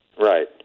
Right